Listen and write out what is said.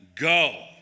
Go